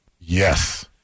Yes